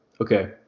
Okay